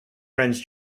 friends